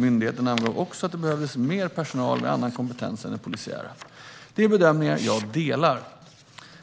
Myndigheten angav också att det behövdes mer personal med annan kompetens än den polisiära. Det är bedömningar som jag delar.